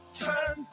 turn